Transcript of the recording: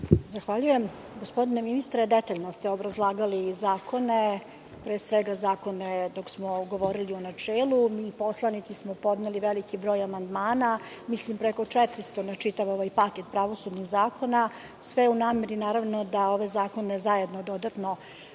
Zahvaljujem. Gospodine ministre, detaljno ste obrazlagali zakone, pre svega zakone dok smo govorili u načelu. Mi poslanici smo podneli veliki broj amandmana, mislim preko 400 na čitav ovaj paket pravosudnih zakona, sve u nameri, naravno da ove zakone zajedno dodatno